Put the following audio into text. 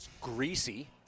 greasy